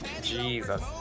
Jesus